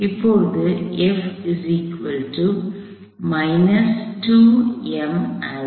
அதனால் இப்போது